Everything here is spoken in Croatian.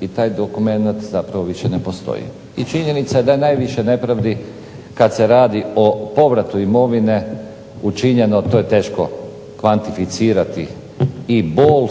i taj dokumenat zapravo više ne postoji. I činjenica je da je najviše nepravdi kad se radi o povratu imovine učinjeno, a to je teško kvantificirati i bol